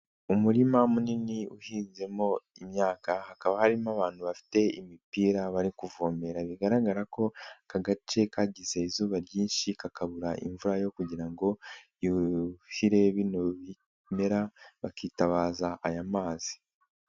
Umurima munini uhinzemo imyaka hakaba harimo abantu bafite imipira bari kuvomera bigaragara ko aka gace kagize izuba ryinshi kakabura imvura yo kugira ngo yuhire bino bimera bakitabaza aya mazi.